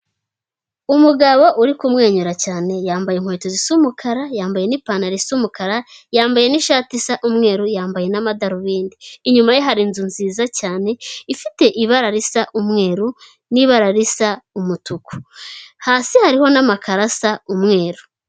Umugabo uri kumwenyura cyane yambaye inkweto zisa umukara, yambaye n'ipantaro Isa umukara n'ishati isa umweru ,yambaye na madarubindi .Inyuma ye hari inzu nziza cyane ifite ibara risa umweru ni ibara risa umutuku, hasi hariho n'amakaro asa umweru.